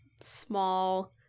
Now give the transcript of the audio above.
small